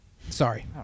Sorry